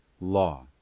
law